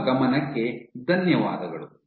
ನಿಮ್ಮ ಗಮನಕ್ಕೆ ಧನ್ಯವಾದಗಳು